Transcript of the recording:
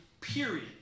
period